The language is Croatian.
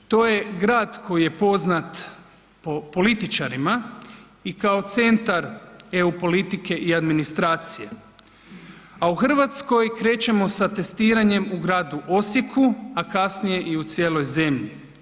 To je grad koji je poznat po političarima i kao centar EU politike i administracije, a u Hrvatskoj krećemo sa testiranjem u gradu Osijeku, a kasnije i u cijeloj zemlji.